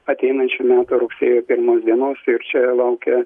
ateinančių metų rugsėjo pirmos dienos ir čia laukia